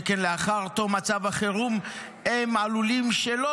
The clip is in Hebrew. שכן לאחר תום מצב החירום הם עלולים שלא